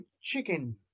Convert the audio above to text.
chicken